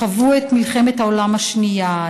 חוו את מלחמת העולם השנייה,